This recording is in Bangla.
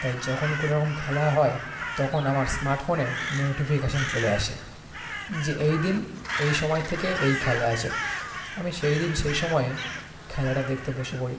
তাই যখনই কোনো রকম খেলা হয় তখন আমার স্মার্টফোনে নোটিফিকেশান চলে আসে যে এই দিন এই সময় থেকে এই খেলা আছে আমি সেই দিন সেই সময়ে খেলাটা দেখতে বসে পড়ি